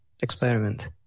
experiment